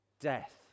death